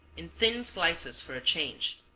in thin slices for a change.